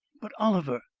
but oliver?